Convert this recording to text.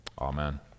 amen